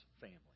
family